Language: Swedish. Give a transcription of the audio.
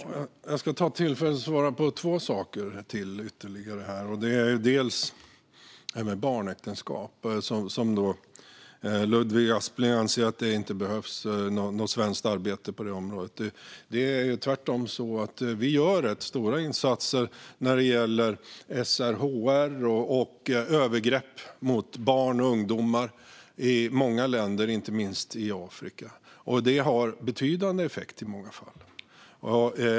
Fru talman! Jag ska ta tillfället i akt att svara på ytterligare två saker. Ludvig Aspling anser att det inte behövs något svenskt arbete mot barnäktenskap, men vi gör tvärtom rätt stora insatser för SRHR och mot övergrepp på barn och ungdomar i många länder, inte minst i Afrika. Det har betydande effekt i många fall.